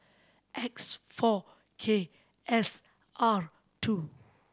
X four K S R two